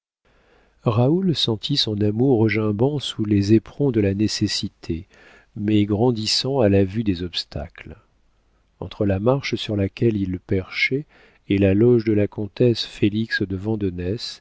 raoul sentit son amour regimbant sous les éperons de la nécessité mais grandissant à la vue des obstacles entre la marche sur laquelle il perchait et la loge de la comtesse félix de vandenesse